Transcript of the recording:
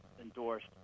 endorsed